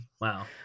Wow